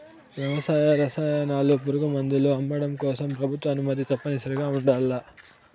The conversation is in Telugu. వ్యవసాయ రసాయనాలు, పురుగుమందులు అమ్మడం కోసం ప్రభుత్వ అనుమతి తప్పనిసరిగా ఉండల్ల